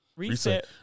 Reset